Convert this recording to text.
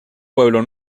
pueblo